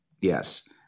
Yes